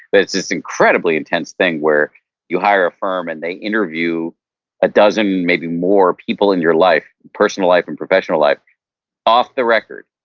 but it's this incredibly intense thing where you hire a firm and they interview a dozen, maybe more, people in your life, personal life, and professional life off the record,